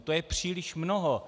To je příliš mnoho.